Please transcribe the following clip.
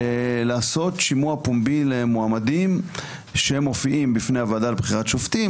לעשות שמוע פומבי למועמדים שמופיעים בפני הוועדה לבחירת שופטים